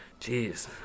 Jeez